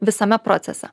visame procese